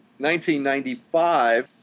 1995